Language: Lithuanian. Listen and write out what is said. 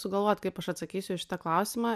sugalvot kaip aš atsakysiu į šitą klausimą